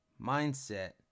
mindset